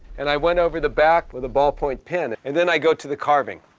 and i went over the back with a ballpoint pen. and then i go to the carving.